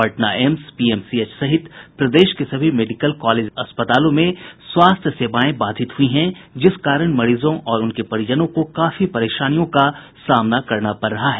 Patna AIIMS PMCH सहित प्रदेश के सभी मेडिकल कॉलेज अस्पतालों में स्वास्थ्य सेवाएं बाधित हुई हैं जिस कारण मरीजों और उनके परिजनों को काफी परेशानियों का सामना करना पर रहा है